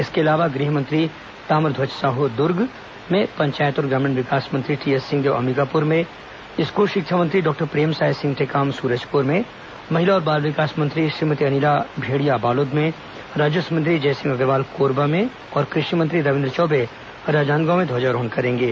इसके अलावा गृह मंत्री ताम्रध्वज साहू दुर्ग पंचायत और ग्रामीण विकास मंत्री टीएस सिंहदेव अम्बिकापुर स्कूल शिक्षा मंत्री डॉक्टर प्रेमसाय सिंह टेकाम सूरजपुर महिला और बाल विकास मंत्री श्रीमती अनिला भेंड़िया बालोद राजस्व मंत्री जयसिंह अग्रवाल कोरबा तथा कृषि मंत्री रविन्द्र चौबे राजनांदगांव में ध्वजारोहण करेंगे